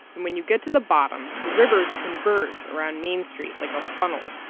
and when you get to the bottom, the rivers converge around main street like a funnel.